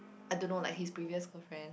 I don't know like his previous girlfriend